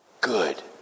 Good